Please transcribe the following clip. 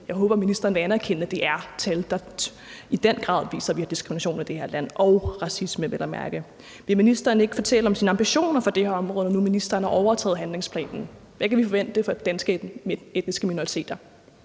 Jeg håber, ministeren vil anerkende, at det er tal, der i den grad viser, at vi har diskrimination i det her land – og racisme, vel at mærke. Vil ministeren ikke fortælle om sine ambitioner for det her område nu, hvor ministeren har overtaget handlingsplanen? Hvad kan vi forvente for de danske etniske minoriteter?